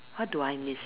what do I miss